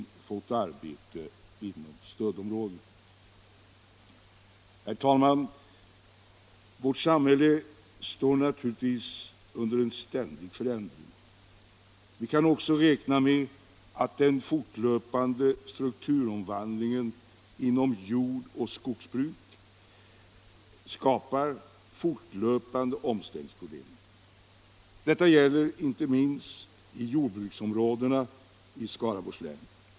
Vårt samhälle står naturligtvis under en ständig förändring. Vi kan också räkna med att den fortlöpande strukturomvandlingen inom jord och skogsbruk skapar ständiga omställningsproblem. Detta gäller inte minst i jordbruksområdena i Skaraborgs län.